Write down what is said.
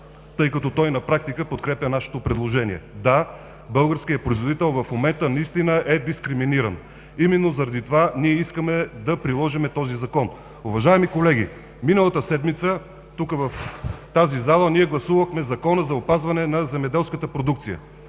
тъй като той на практика подкрепя нашето предложение. Да, българският производител в момента наистина е дискриминиран. Именно заради това ние искаме да приложим този Закон. Уважаеми колеги, миналата седмица тук, в тази зала, гласувахме Закона за опазване на земеделската продукция.